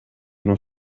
uno